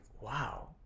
wow